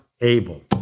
Abel